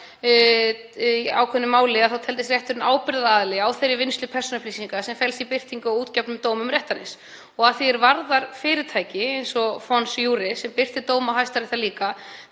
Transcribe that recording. í ákveðnu máli, teldist rétturinn ábyrgðaraðili á þeirri vinnslu persónuupplýsinga sem felst í birtingu á útgefnum dómum réttarins. Og að því er varðar fyrirtæki eins og Fons Juris, sem birta dóma Hæstaréttar líka,